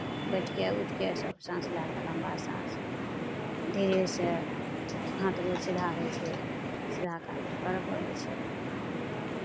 बैठि कऽ उठि कऽ सभ साँस लए कऽ लम्बा साँस धीरेसँ हाथ गोर सीधा होइ छै उएह काज तऽ करय पड़ै छै